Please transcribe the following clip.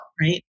right